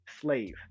slave